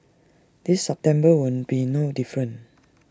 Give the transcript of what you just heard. this September will be no different